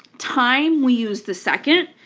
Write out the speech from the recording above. time, we use the second.